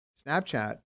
Snapchat